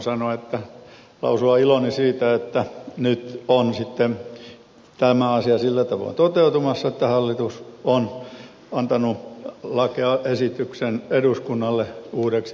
voin lausua iloni siitä että nyt on sitten tämä asia sillä tavoin toteutumassa että hallitus on antanut lakiesityksen eduskunnalle uudeksi tupakkalaiksi